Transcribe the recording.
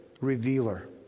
revealer